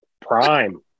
prime